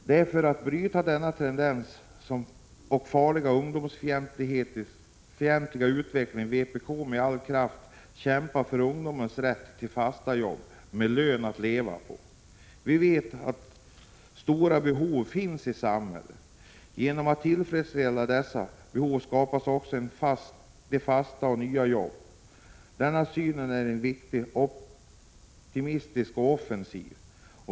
Det är för att bryta denna tendens och farliga ungdomsfientliga utveckling som vpk med all kraft kämpar för ungdomens rätt till fasta jobb med lön att leva på. Vi vet att stora behov finns i samhället. Genom att tillfredsställa dessa behov skapas också fasta och nya jobb. Denna syn är den verkligt optimistiska och offensiva.